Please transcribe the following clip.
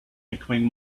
becoming